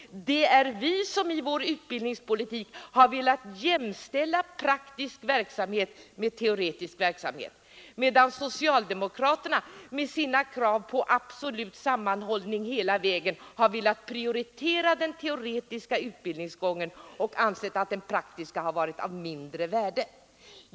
Det är vi moderater som i vår utbildningspolitik har velat jämställa praktisk verksamhet med teoretisk verksamhet, medan socialdemokraterna med sina krav på absolut sammanhållning hela vägen har velat prioritera den teoretiska utbildningsgången och därmed ansett att den praktiska har varit mindre värd.